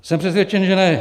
Jsem přesvědčen, že ne.